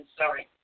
sorry